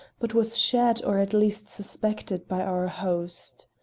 but was shared or at least suspected, by our host.